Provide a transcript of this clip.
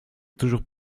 toujours